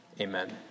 Amen